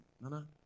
Nana